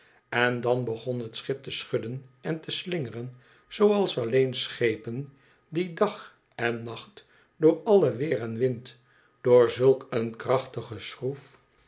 en dan begon het schip te schudden en te slingeren zooals alleen schepen die dag en nacht door alle weer en wind door zulk een krachtige schroef